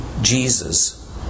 Jesus